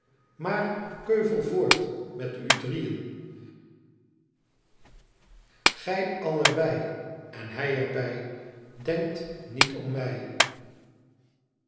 maar keuvel voort met u drieën gij allebei en hij er bij denkt niet om mij